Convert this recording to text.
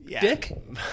Dick